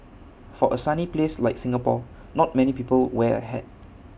for A sunny place like Singapore not many people wear A hat